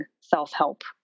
self-help